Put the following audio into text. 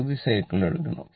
പകുതി സൈക്കിൾ എടുക്കണം